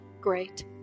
great